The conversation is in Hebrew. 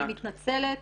אני מתנצלת,